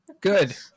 Good